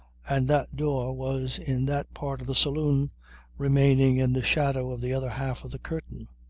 and that door was in that part of the saloon remaining in the shadow of the other half of the curtain.